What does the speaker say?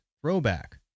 Throwback